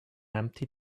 empty